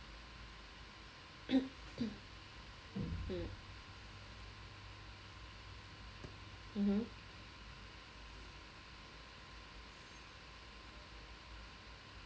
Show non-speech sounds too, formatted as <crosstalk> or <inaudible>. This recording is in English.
<coughs> mm mmhmm